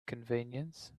convenience